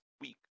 week